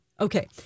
Okay